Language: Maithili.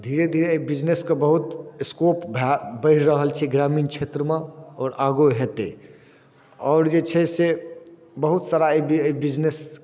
धीरे धीरे अइ बिजनेसके बहुत स्कोप बढ़ि रहल छै ग्रामीण क्षेत्रमे आओर आगो हेतै आओर जे छै से बहुत सारा अइ बिजनेस